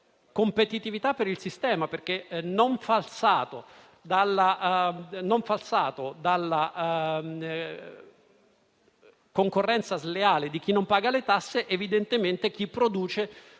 competitività per il sistema, perché, non falsato dalla concorrenza sleale di chi non paga le tasse, evidentemente genera per